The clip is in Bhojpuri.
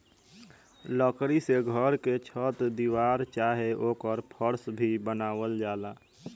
लकड़ी से घर के छत दीवार चाहे ओकर फर्स भी बनावल जाला